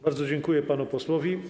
Bardzo dziękuję panu posłowi.